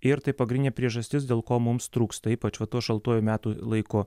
ir tai pagrindinė priežastis dėl ko mums trūksta ypač va tuo šaltuoju metų laiku